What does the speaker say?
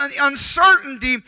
uncertainty